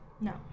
No